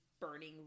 burning